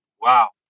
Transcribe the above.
wow